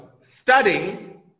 studying